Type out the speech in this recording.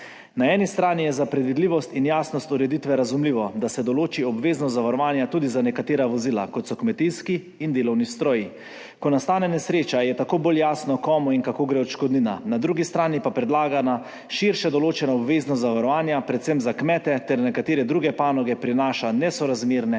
Na eni strani je za predvidljivost in jasnost ureditve razumljivo, da se določi obveznost zavarovanja tudi za nekatera vozila, kot so kmetijski in delovni stroji. Ko nastane nesreča, je tako bolj jasno, komu in kako gre odškodnina. Na drugi strani pa predlagana širše določena obvezna zavarovanja, predvsem za kmete ter nekatere druge panoge, prinaša nesorazmerne